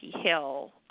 Hill